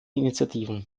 initiativen